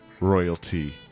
royalty